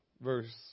verse